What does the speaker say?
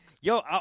Yo